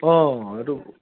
অঁ এইটো